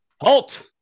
Halt